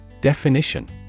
Definition